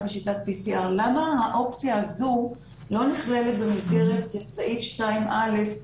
בשיטת PCR. למה האופציה הזו לא נכללת במסגרת סעיף 2(א)